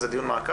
זה דיון מעקב,